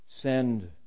send